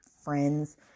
friends